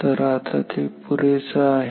तर आता ते पुरेसं आहे